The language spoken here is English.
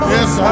Yes